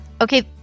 Okay